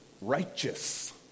righteous